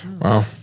wow